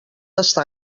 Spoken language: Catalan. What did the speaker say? estar